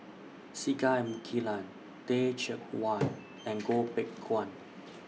Singai Mukilan Teh Cheang Wan and Goh Beng Kwan